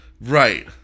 Right